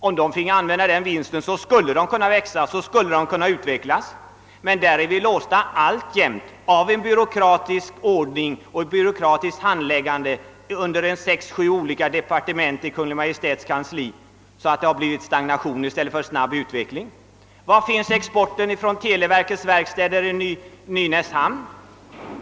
Om de fick investera den vinsten skulle de kunna utvecklas. Men där är vi alltjämt låsta i en byråkratisk ordning och ett byråkratiskt handläggande under sex—Ssju olika departement i Kungl. Maj:ts kansli så att det blivit stagnation i stället för snabb utveckling. Var finns exporten från televerkets verkstäder i Nynäshamn?